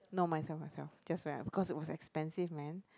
no myself myself just went because it was expensive man